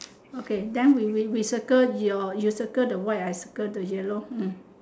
okay then we we we circle your you circle the white I circle the yellow